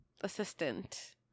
assistant